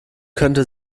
könnte